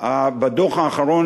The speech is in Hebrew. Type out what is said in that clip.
בדוח האחרון,